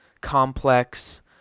complex